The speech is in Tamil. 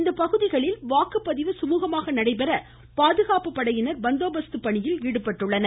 இப்பகுதிகளில் வாக்குப்பதிவு சுமூகமாக நடைபெற பாதுகாப்பு படையினர் பந்தோபஸ்து பணியில் ஈடுபட்டுள்ளனர்